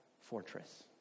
fortress